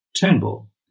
Turnbull